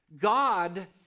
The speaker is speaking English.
God